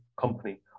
company